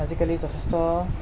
আজিকালি যথেষ্ট